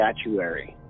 statuary